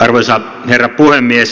arvoisa herra puhemies